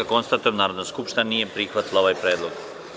Konstatujem da Narodna skupština nije prihvatila ovaj predlog.